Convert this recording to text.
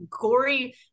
gory